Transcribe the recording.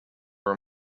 were